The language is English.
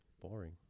Boring